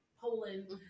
Poland